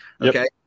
Okay